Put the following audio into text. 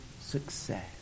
success